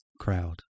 crowd